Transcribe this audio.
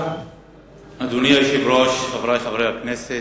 אדוני היושב-ראש, חברי חברי הכנסת,